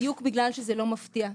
בדיוק בגלל שזה לא מפתיע.